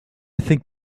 think